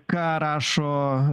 ką rašo